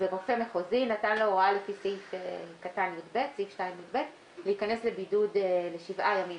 ורופא מחוזי נתן לו הוראה לפי סעיף 2(יב) להיכנס לבידוד לשבעה ימים,